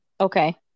Okay